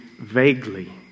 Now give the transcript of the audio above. vaguely